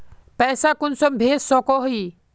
पैसा कुंसम भेज सकोही?